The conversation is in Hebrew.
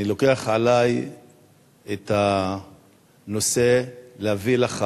אני לוקח עלי את הנושא להביא לך